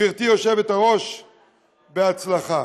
גברתי היושבת-ראש, בהצלחה.